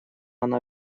она